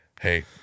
Hey